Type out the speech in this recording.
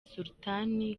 sultan